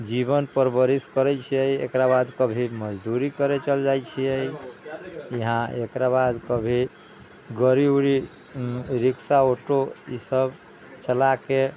जीवन परवरिश करै छियै एकरा बाद कभी मजदूरी करऽ चलि जाइ छियै यहाँ एकरा बाद कभी गड़ी उड़ी रिक्शा ऑटो ई सब चला के